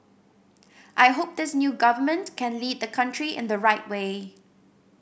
I hope this new government can lead the country in the right way